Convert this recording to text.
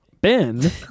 Ben